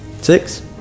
Six